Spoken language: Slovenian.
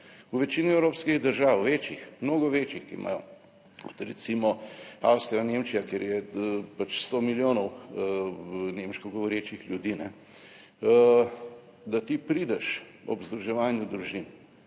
V večini evropskih držav, večjih, mnogo večjih, ki imajo kot recimo Avstrija, Nemčija, kjer je pač sto milijonov nemško govorečih ljudi, ne da ti prideš ob združevanju družin,